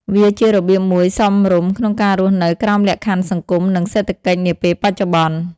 វាជារបៀបមួយសមរម្យក្នុងការរស់នៅក្រោមលក្ខខណ្ឌសង្គម និង សេដ្ឋកិច្ចនាពេលបច្ចុប្បន្ន។